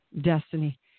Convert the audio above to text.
destiny